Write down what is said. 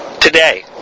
today